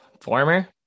Former